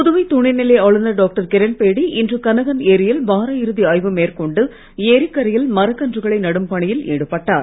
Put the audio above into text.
புதுவை துணைநிலை ஆளுநர் டாக்டர் கிரண்பேடி இன்று கனகன் ஏரியில் வார இறுதி ஆய்வு மேற்கொண்டு ஏரிக்கரையில் மரக் கன்றுகளை நடும் பணியில் ஈடுபட்டார்